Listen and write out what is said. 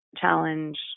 challenge